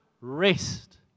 rest